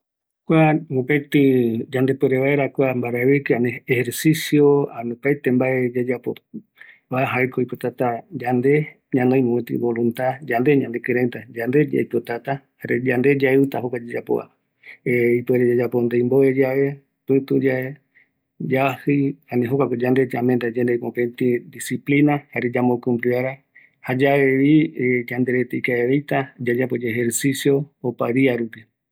Kua yayapovaera opa ararupi kua ejercicio, jaeko oïmeta ñanoï ñemomete yande yeɨpe, baetita yandeapu yandeyeɨpe, jare yaɨuta kua ejercicio yanderete peguara